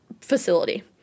facility